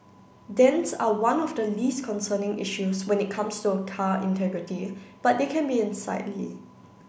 dents are one of the least concerning issues when it comes to car integrity but they can be unsightly